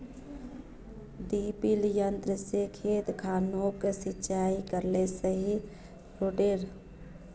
डिरिपयंऋ से खेत खानोक सिंचाई करले सही रोडेर?